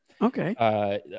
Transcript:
Okay